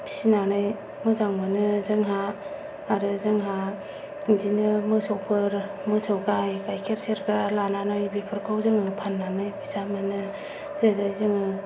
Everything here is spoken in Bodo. फिसिनानै मोजां मोनो जोंहा आरो जोंहा बिदिनो मोसौफोर मोसौ गाय गाइखेर सेरग्रा लानानै बेफोरखौ जोङो फान्नानै फैसा मोनो जेरै जोङो